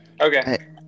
okay